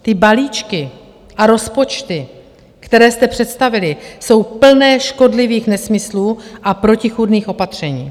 Ty balíčky a rozpočty, které jste představili, jsou plné škodlivých nesmyslů a protichůdných opatření.